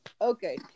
Okay